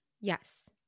Yes